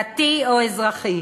דתי או אזרחי.